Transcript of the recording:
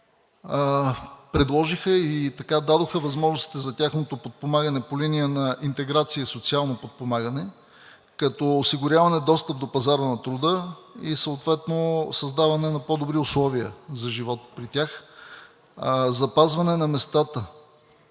предложиха и дадоха възможностите за тяхното подпомагане по линия на интеграция и социално подпомагане като осигуряване достъп до пазара на труда и съответно създаване на по-добри условия за живот при тях и запазване на местата,